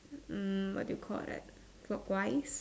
mm what do you call that clockwise